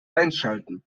einschalten